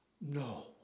No